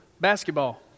basketball